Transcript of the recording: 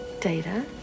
data